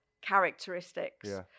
characteristics